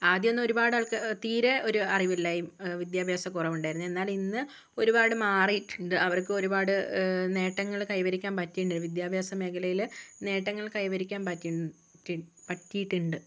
ആദ്യമൊന്നും ഒരുപാട് തീരെ ഒരു അറിവില്ലായ്മ വിദ്യാഭ്യാസക്കുറവുണ്ടായിരുന്നു എന്നാൽ ഇന്ന് ഒരുപാട് മാറിയിട്ടുണ്ട് അവർക്കും ഒരുപാട് നേട്ടങ്ങള് കൈവരിക്കാന് പറ്റിയിട്ടുണ്ട് വിദ്യാഭ്യാസ മേഖലയില് നേട്ടങ്ങൾ കൈവരിക്കാന് പറ്റിയിട്ടുണ്ട്